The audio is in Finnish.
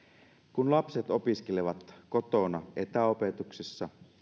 kun lapset opiskelevat kotona etäopetuksessa